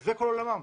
זה כל עולמם.